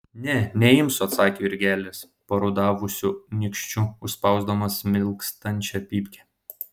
ne neimsiu atsakė jurgelis parudavusiu nykščiu užspausdamas smilkstančią pypkę